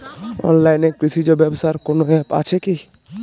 অনলাইনে কৃষিজ ব্যবসার কোন আ্যপ আছে কি?